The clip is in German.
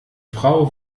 frau